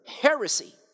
heresy